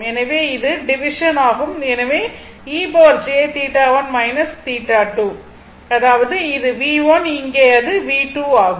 எனவே இது டிவிஷன் ஆகும் எனவே e jθ1 θ2 அதாவது அது V1 இங்கே அது V2 ஆகும்